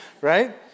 right